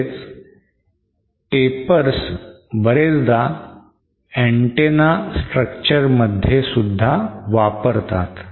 तसेच tapers बरेचदा antenna structure मध्ये सुद्धा वापरतात